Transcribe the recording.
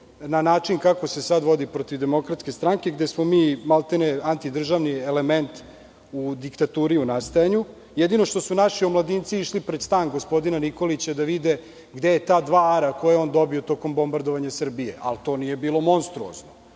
na način kako se sad vodi protiv DS, gde smo mi maltene anti-državni element u diktaturi u nastajanju, jedino što su naši omladinci išli pred stan gospodina Nikolića da vide gde je ta dva ara koja je on dobio tokom bombardovanja Srbije, ali to nije bilo monstruozno,